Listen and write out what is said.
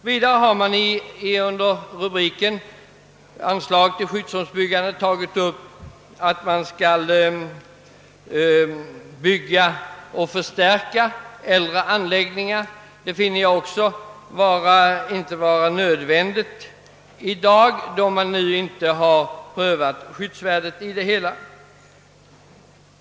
Under denna punkt behandlas också frågan om förstärkande av äldre anläggningar. Inte heller sådan förstärkning finner jag vara nödvändig i dag då som jag nyss sade skyddsvärdet ej prövats ordentligt.